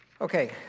Okay